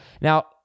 Now